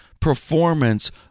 performance